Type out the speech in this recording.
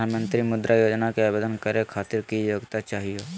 प्रधानमंत्री मुद्रा योजना के आवेदन करै खातिर की योग्यता चाहियो?